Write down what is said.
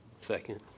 Second